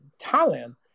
Thailand